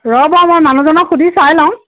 ৰ'ব মই মানুহজনক সুধি চাই লওঁ